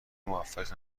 موفقیت